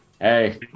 Hey